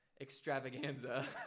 extravaganza